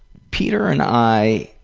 peter and i